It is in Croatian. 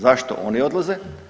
Zašto oni odlaze?